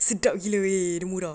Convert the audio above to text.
sedap gila weh dia murah